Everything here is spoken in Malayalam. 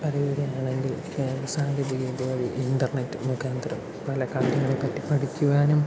പറയുക ആണെങ്കിൽ സാങ്കേതികവിദ്യ വഴി ഇൻ്റർനെറ്റ് മുഖാന്തരം പല കാര്യങ്ങൾക്കൊക്കെ പഠിക്കുവാനും